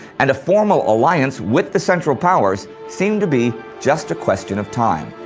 and a formal alliance with the central powers seemed to be just a question of time.